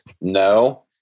no